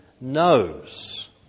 knows